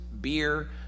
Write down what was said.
beer